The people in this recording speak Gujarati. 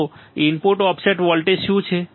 તો ઇનપુટ ઓફસેટ વોલ્ટેજ શું છે